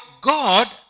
God